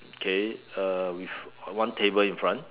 okay uh with one table in front